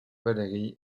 valérie